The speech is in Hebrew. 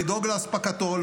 לדאוג לאספקתו,